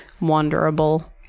wanderable